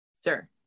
Sir